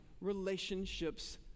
relationships